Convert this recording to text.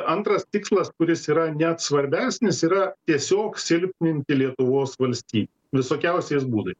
antras tikslas kuris yra net svarbesnis yra tiesiog silpninti lietuvos valstybę visokiausiais būdais